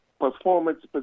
performance